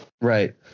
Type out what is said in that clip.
Right